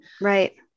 Right